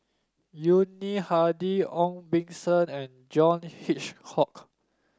Yuni Hadi Ong Beng Seng and John Hitchcock